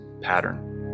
pattern